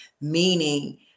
meaning